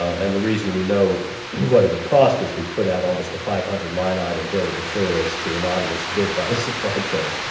and the reason we know what it would cost is we put out almost a five hundred line item bill of materials to anonymous bid by the supply chain.